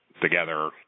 together